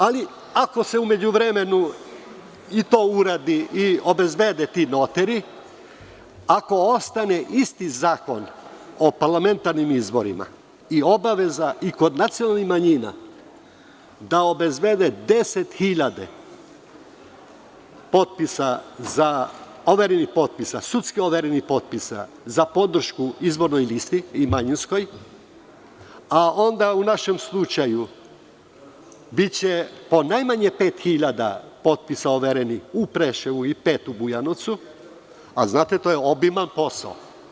Ako se u međuvremenu i to uradi i obezbede ti notari, ako ostane isti Zakon o parlamentarnim izborima i obaveza kod nacionalnih manjina da obezbede 10.000 potpisa, sudski overenih potpisa za podršku izbornoj listi i manjinskoj, onda u našem slučaju biće najmanje 5.000 potpisa overenih u Preševu i 5.000 u Bujanovcu, to je obiman posao.